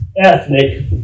ethnic